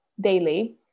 daily